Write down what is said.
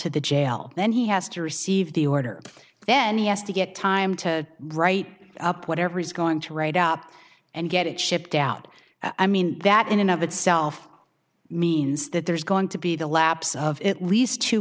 to the jail then he has to receive the order then he has to get time to write up whatever he's going to write up and get it shipped out i mean that in and of itself means that there's going to be the lapse of at least two